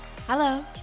Hello